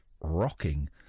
rocking